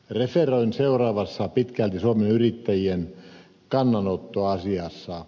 referoin seuraavassa pitkälti suomen yrittäjien kannanottoa asiassa